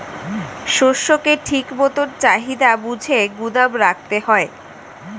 শস্যকে ঠিক মতন চাহিদা বুঝে গুদাম রাখতে হয়